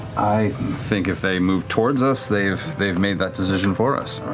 i think if they move towards us they've they've made that decision for us.